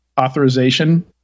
authorization